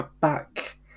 back